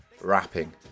rapping